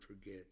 forget